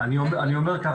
אני אומר כך,